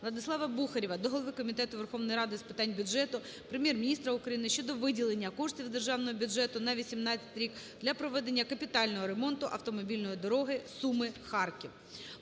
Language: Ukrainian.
ВладиславаБухарєва до голови Комітету Верховної Ради України з питань бюджету, Прем'єр-міністра України щодо виділення коштів з Державного бюджету України на 2018 рік для проведення капітального ремонту автомобільної дороги Суми - Харків.